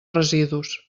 residus